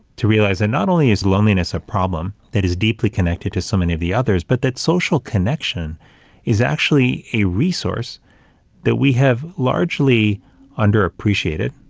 to realize that not only is loneliness a problem that is deeply connected to so many of the others, but that social connection is actually a resource that we have largely under-appreciated,